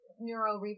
neuro